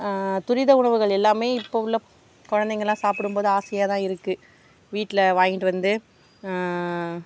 துரித உணவுகள் எல்லாமே இப்போ உள்ள குழந்தைங்கலாம் சாப்பிடம்போது ஆசையாகதான் இருக்கு வீட்டில் வாங்கிகிட்டு வந்து